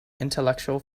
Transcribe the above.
intellectual